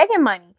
money